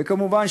וכמובן,